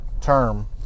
term